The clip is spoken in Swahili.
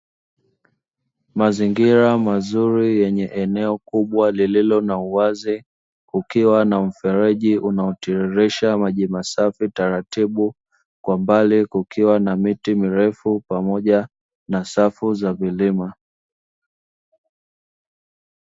Mazingira mazuri yenye eneo kubwa lililo na uwazi kukiwa na mfereji unaotiririsha maji masafi taratibu, kwa mbali kukiwa na miti mirefu pamoja na safu za milima.